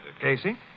Casey